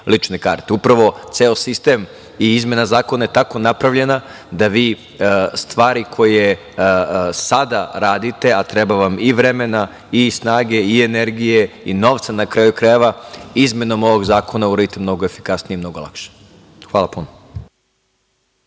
lične karte. Upravo ceo sistem i izmena zakona je tako napravljena da vi stvari koje sada radite a treba vam i vremena i snage i energije i novca na kraju krajeva izmenom ovog zakona da uradite mnogo efikasnije i mnogo lakše. Hvala puno.